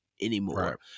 anymore